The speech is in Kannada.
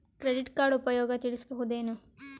ಕ್ರೆಡಿಟ್ ಕಾರ್ಡ್ ಉಪಯೋಗ ತಿಳಸಬಹುದೇನು?